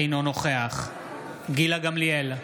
אינו נוכח גילה גמליאל,